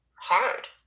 hard